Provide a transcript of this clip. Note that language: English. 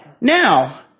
Now